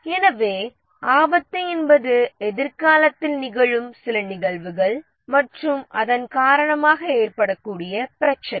எனவே ஆபத்து என்பது எதிர்காலத்தில் நிகழும் சில நிகழ்வுகள் மற்றும் அதன் காரணமாக ஏற்படக்கூடிய பிரச்சினை